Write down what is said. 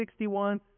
61